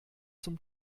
zum